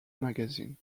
magazine